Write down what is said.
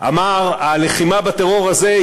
אמר: הלחימה בטרור הזה,